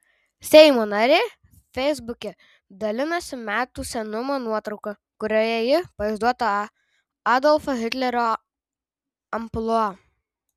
seimo narė feisbuke dalinasi metų senumo nuotrauka kurioje ji pavaizduota adolfo hitlerio amplua